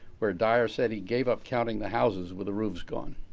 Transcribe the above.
where dyer said he gave up counting the houses with the roofs gone.